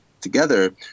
together